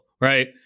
Right